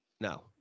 No